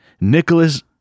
Nicholas